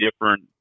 different